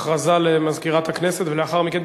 הודעה למזכירת הכנסת ולאחר מכן,